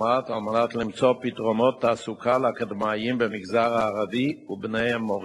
ל-400 אקדמאים מדי שנה.